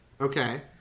Okay